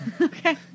Okay